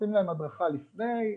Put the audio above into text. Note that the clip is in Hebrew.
עושים להם הדרכה לפני,